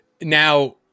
Now